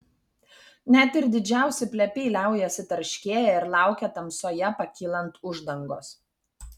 net ir didžiausi plepiai liaujasi tarškėję ir laukia tamsoje pakylant uždangos